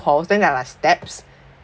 halls then there are like steps